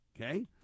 Okay